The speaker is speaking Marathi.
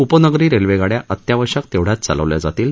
उपनगरी रेल्वे गाड्यां अत्यावश्यक तेवढ्याच चालवल्या जातील